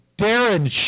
Darren